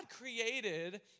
created